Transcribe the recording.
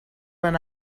when